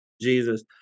Jesus